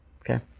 Okay